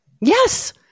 Yes